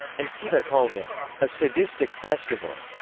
and peta calls it a sadistic festival.